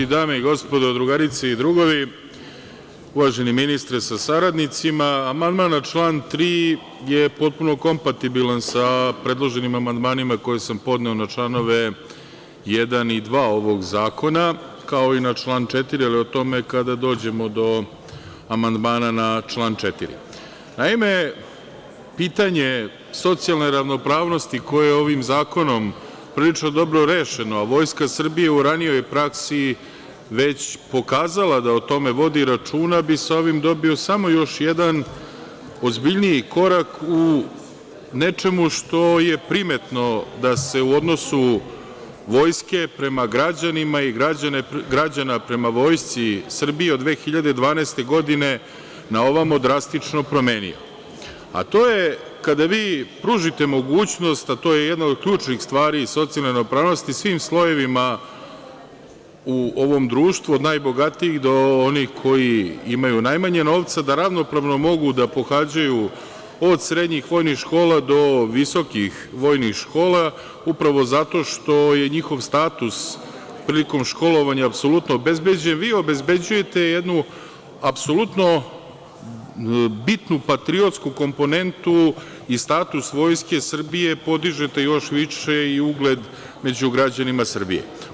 Dame i gospodo, drugarice i drugovi, uvaženi ministre sa saradnicima, amandman na član 3. je potpuno kompatibilan sa predloženim amandmanima koje sam podneo na čl. 1. i 2. ovog zakona, kao i na član 4, ali o tome kada dođemo do amandmana na član 4. Naime, pitanje socijalne ravnopravnosti koje je ovim zakonom prilično dobro rešeno, Vojska Srbije je u ranijoj praksi već pokazala da o tome vodi računa, sa ovim bi dobio samo još jedan ozbiljniji korak u nečemu što je primetno da se u odnosu vojske prema građanima i građana prema Vojsci Srbije od 2012. godine naovamo drastično promenio, a to je, kada vi pružite mogućnost, a to je jedna od ključnih stvari socijalne ravnopravnosti, svim slojevima u ovom društvu, od najbogatijih do onih koji imaju najmanje novca, da ravnopravno mogu da pohađaju od srednjih vojnih škola do visokih vojnih škola, upravo zato što je njihov status prilikom školovanja apsolutno obezbeđen, vi obezbeđujete jednu apsolutno bitnu patriotsku komponentu i status Vojske Srbije podižete još više i ugled među građanima Srbije.